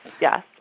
yes